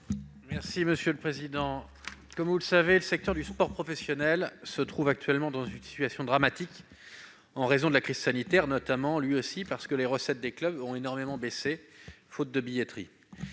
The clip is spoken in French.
M. Emmanuel Capus. Comme vous le savez, le secteur du sport professionnel se trouve actuellement dans une situation dramatique, du fait de la crise sanitaire, parce que les recettes des clubs ont énormément baissé faute de billetterie.